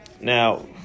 Now